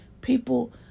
people